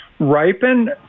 ripen